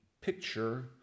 picture